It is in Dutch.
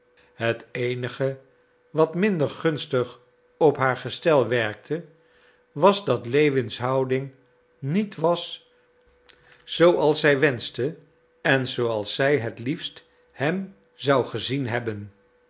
het eenige wat minder gunstig op haar gestel werkte was dat lewins houding niet was zooals zij wenschte en zooals zij het liefst hem zou gezien hebben